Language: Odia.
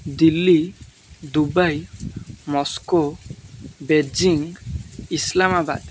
Delhi Dubai Moscow Beijing Islamabad